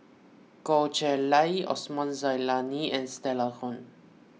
Goh Chiew Lye Osman Zailani and Stella Kon